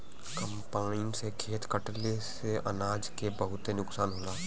combine से खेत कटले से अनाज के बहुते नुकसान होला